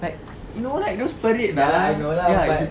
like you know like those parade ya